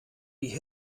die